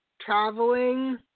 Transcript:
traveling